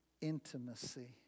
intimacy